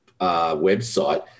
website